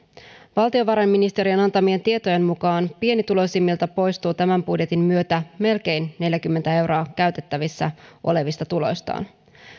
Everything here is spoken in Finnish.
valtiovarainministeriön antamien tietojen mukaan pienituloisimmilta poistuu tämän budjetin myötä melkein neljäkymmentä euroa käytettävissä olevista tuloista